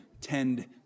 tend